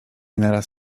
naraz